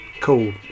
Cool